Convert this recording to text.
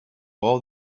all